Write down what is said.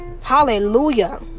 Hallelujah